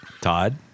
Todd